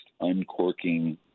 uncorking